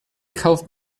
kauft